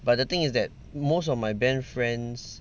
but the thing is that most of my band friends